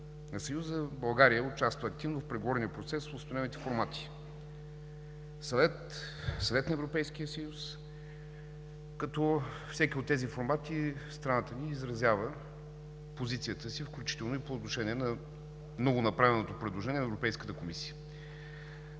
на Съюза България участва активно в преговорния процес по установените формати – Съвет, Съвет на Европейския съюз, като във всеки от тези формати страната ни изразява позицията си, включително и по отношение на ново направеното предложение на Европейската комисия.